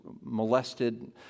molested